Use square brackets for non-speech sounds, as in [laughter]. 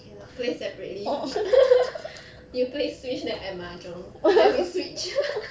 cannot play separately [laughs] you play switch then I mahjong then we switch [laughs]